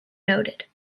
noted